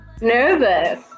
Nervous